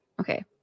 Okay